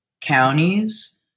counties